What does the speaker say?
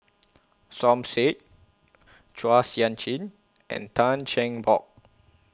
Som Said Chua Sian Chin and Tan Cheng Bock